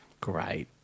Great